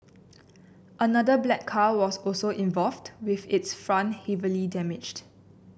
another black car was also involved with its front heavily damaged